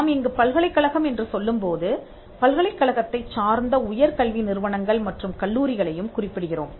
நாம் இங்கு பல்கலைக்கழகம் என்று சொல்லும் போது பல்கலைக் கழகத்தைச் சார்ந்த உயர்கல்வி நிறுவனங்கள் மற்றும் கல்லூரிகளையும் குறிப்பிடுகிறோம்